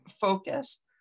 Focus